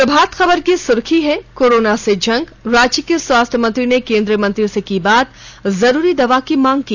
प्रभात खबर की सुर्खी है कोरोना से जंग राज्य के स्वास्थ्य मंत्री ने केन्द्रीय मंत्री से की बात जरूरी दवा की मांग की